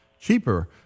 cheaper